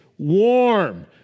Warm